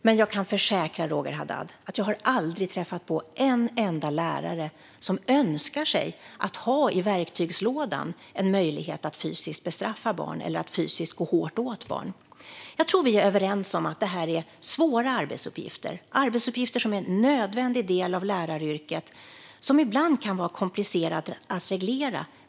Men jag kan försäkra Roger Haddad om att jag aldrig har träffat på en enda lärare som önskar sig att i verktygslådan ha en möjlighet att fysiskt bestraffa barn eller fysiskt gå hårt åt barn. Jag tror att vi är överens om att det här är svåra arbetsuppgifter som är en nödvändig del av läraryrket och som ibland kan vara komplicerade att reglera.